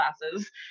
classes